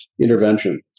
intervention